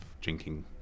drinking